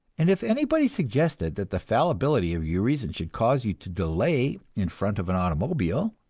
and if anybody suggested that the fallibility of your reason should cause you to delay in front of an automobile,